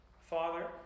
Father